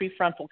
prefrontal